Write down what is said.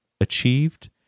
achieved